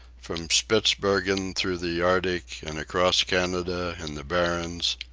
from spitzbergen through the arctic, and across canada and the barrens,